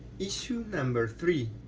issue number three